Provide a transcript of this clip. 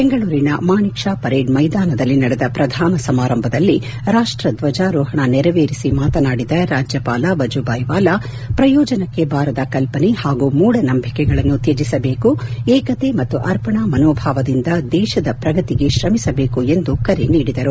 ಬೆಂಗಳೂರಿನ Manekshaw parade ಮೈದಾನದಲ್ಲಿ ನಡೆದ ಪ್ರಧಾನ ಸಮಾರಂಭದಲ್ಲಿ ರಾಷ್ಟ ಧ್ವಜಾರೋಹಣ ನೆರವೇರಿಸಿ ಮಾತನಾಡಿದ ರಾಜ್ಯವಾಲ ವಜೂಭಾಯ್ ವಾಲಾ ಪ್ರಯೋಜನಕ್ಕೆ ಬಾರದ ಕಲ್ಲನೆ ಹಾಗೂ ಮೂಢನಂಬಿಕೆಗಳನ್ನು ತ್ಯಜಿಸಬೇಕು ಏಕತಾ ಮತ್ತು ಅರ್ಪಣಾ ಮನೋಭಾವದಿಂದ ದೇಶದ ಪ್ರಗತಿಗೆ ಶ್ರಮಿಸಬೇಕು ಎಂದು ಕರೆ ನೀಡಿದರು